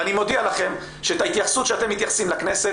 ואני מודיע לכם שאת ההתייחסות שאתם מתייחסים לכנסת